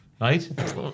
Right